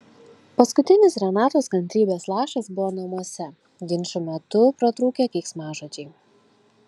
paskutinis renatos kantrybės lašas buvo namuose ginčų metu pratrūkę keiksmažodžiai